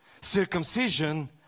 circumcision